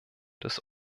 des